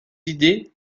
idées